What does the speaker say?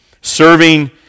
serving